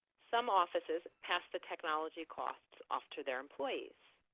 some offices past the technology cost off to their employees.